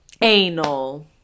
Anal